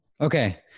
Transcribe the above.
Okay